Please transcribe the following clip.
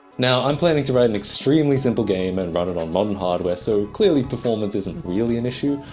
now i'm planning to write an extremely simple game and run it on modern hardware, so clearly performance isn't really an issue.